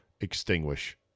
extinguish